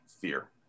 fear